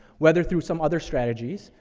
whether through some other strategies,